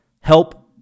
Help